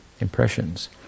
Impressions